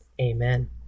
Amen